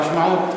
המשמעות,